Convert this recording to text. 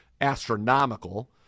astronomical